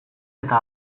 eta